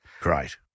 Great